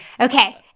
okay